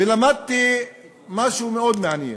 ולמדתי משהו מאוד מעניין.